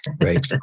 Right